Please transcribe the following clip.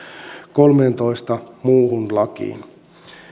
kolmentoista muuhun lakiin